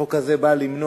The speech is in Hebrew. החוק הזה בא למנוע